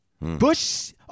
Bush